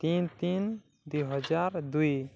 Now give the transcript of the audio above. ତିନି ତିନି ଦୁଇ ହଜାର ଦୁଇ